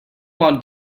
want